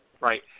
right